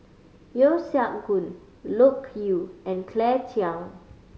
Yeo Siak Goon Loke Yew and Claire Chiang